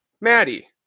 Maddie